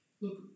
Look